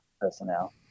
personnel